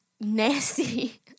nasty